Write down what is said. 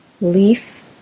Leaf